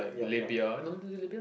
like Libya Libya